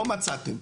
לא מצאה כלום.